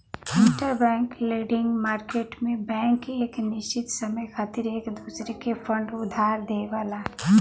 interbank lending market में bank एक निश्चित समय खातिर एक दूसरे के फंड उधार देवला